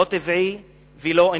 לא טבעי ולא אנושי.